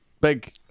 big